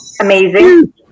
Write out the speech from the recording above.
Amazing